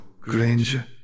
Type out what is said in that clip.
Granger